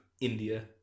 India